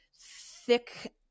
thick